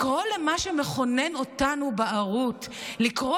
לקרוא למה שמכונן אותנו "בערות", לקרוא